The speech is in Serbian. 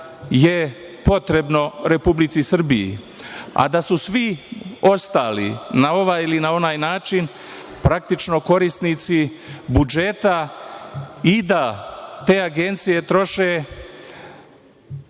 je potrebno Republici Srbiji, a da su svi ostali, na ovaj ili na onaj način, praktično korisnici budžeta i da te agencije troše,